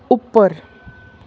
ਉੱਪਰ